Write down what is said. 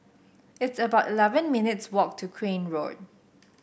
it's about eleven minutes' walk to Crane Road